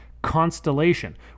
constellation